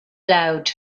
loud